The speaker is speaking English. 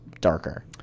darker